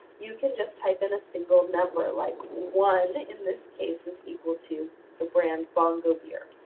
you can just type in a single number, like one in this case is equal to the brand bongo beer.